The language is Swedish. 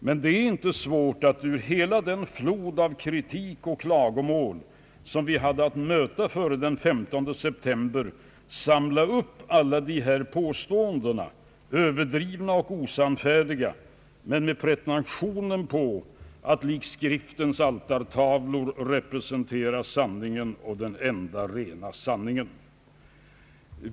Men det är inte svårt att ur hela den flod av kritik och klagomål som vi hade att möta före den 15 september samla upp alla dessa — påståenden, överdrivna och osannfärdiga men med pretentioner på att likt Skriftens altartavlor representera den enda rena sanningen.